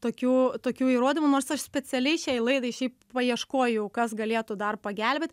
tokių tokių įrodymų nors aš specialiai šiai laidai šiaip paieškojau kas galėtų dar pagelbėt